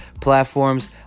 platforms